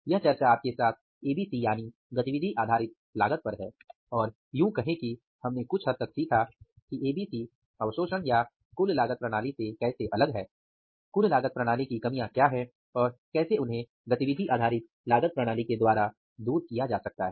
यह चर्चा आपके साथ एबीसी पर है और यूँ कहे कि हमने कुछ हद तक सीखा कि एबीसी अवशोषण या कुल लागत प्रणाली से कैसे अलग है कुल लागत प्रणाली कीकमियां क्या हैं और कैसे उन्हें गतिविधि लागत आधारित प्रणालि के द्वारा दूर किया जा सकता है